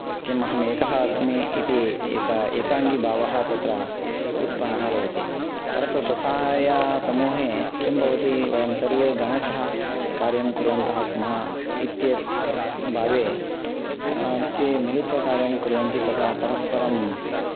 किम् अहम् एकः अस्मि इति एक एकाङ्गि भावः तत्र उत्पन्नः भवति परन्तु स्वसहायसमूहे किं भवति वयं सर्वे गणशः कार्यं कुर्वन्तः स्मः इत्यत् भावे ते मिलित्वा कार्याणि कुर्वन्ति तदा परस्परं